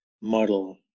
model